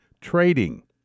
trading